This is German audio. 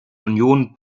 union